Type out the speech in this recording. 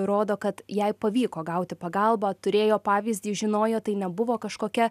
rodo kad jai pavyko gauti pagalbą turėjo pavyzdį žinojo tai nebuvo kažkokia